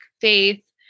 faith